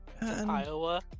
Iowa